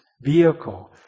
vehicle